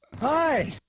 Hi